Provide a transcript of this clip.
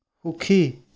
সুখী